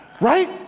Right